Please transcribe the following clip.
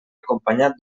acompanyat